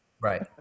Right